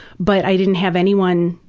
but i didn't have anyone,